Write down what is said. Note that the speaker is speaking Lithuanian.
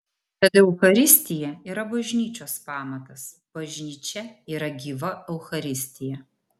tad eucharistija yra bažnyčios pamatas bažnyčia yra gyva eucharistija